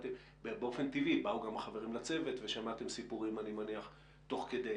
באופן טבעי באו גם החברים לצוות ואני מניח שמעתם סיפורים תוך כדי.